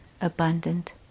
abundant